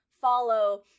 follow